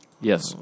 Yes